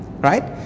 Right